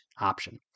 option